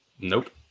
Nope